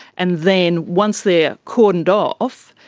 and then once they are cordoned off,